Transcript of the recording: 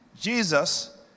Jesus